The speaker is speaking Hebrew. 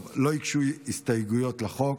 לא הוגשו הסתייגויות לחוק,